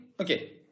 okay